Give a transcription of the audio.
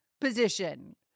position